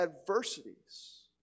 adversities